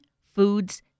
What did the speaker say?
foods